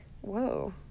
Whoa